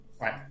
Right